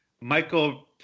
Michael